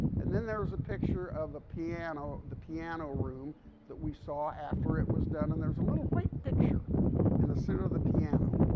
and then there was a picture of a piano, the piano room that we saw after it was done. and there's a little white picture in the center of the piano.